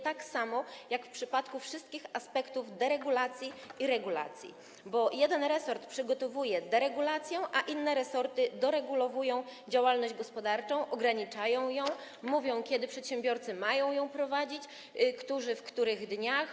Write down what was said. Tak samo powinno być w przypadku wszystkich aspektów deregulacji i regulacji, bo jeden resort przygotowuje deregulację, a inne resorty doregulowują działalność gospodarczą, ograniczają ją, określają, kiedy przedsiębiorcy mają ją prowadzić, którzy, w których dniach.